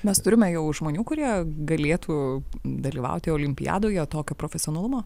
mes turime jau žmonių kurie galėtų dalyvauti olimpiadoje tokio profesionalumo